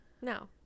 No